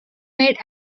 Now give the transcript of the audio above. made